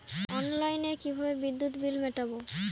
অনলাইনে কিভাবে বিদ্যুৎ বিল মেটাবো?